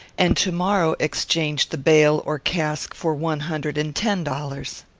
and to-morrow exchange the bale or cask for one hundred and ten dollars.